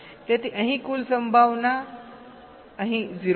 તેથી અહીં કુલ સંભાવના અહીં 0